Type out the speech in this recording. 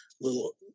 little